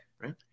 right